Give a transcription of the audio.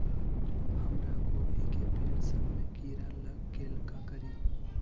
हमरा गोभी के पेड़ सब में किरा लग गेल का करी?